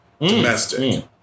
domestic